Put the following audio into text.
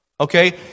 Okay